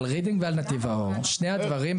על רידינג ועל נתיב האור, שני הדברים.